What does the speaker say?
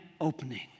opening